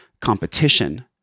competition